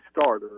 starter